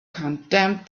condemned